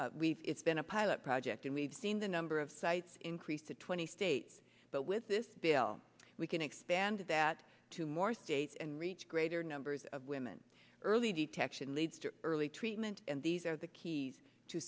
women we've it's been a pilot project and we've seen the number of sites increase to twenty states but with this bill we can expand that to more states and reach greater numbers of women early detection leads to early treatment and these are the keys to